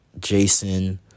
Jason